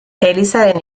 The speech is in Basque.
elizaren